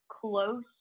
close